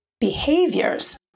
Behaviors